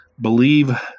believe